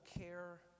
care